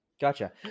Gotcha